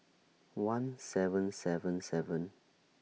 one seven seven seven